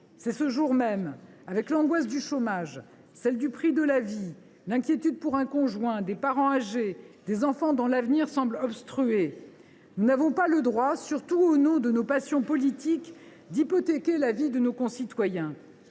c’est le jour même, avec l’angoisse du chômage, celle du prix de la vie, l’inquiétude pour un conjoint, des parents âgés, des enfants dont l’avenir semble obstrué. « Nous n’avons pas le droit, surtout au nom de nos passions politiques, d’hypothéquer la vie de nos concitoyens.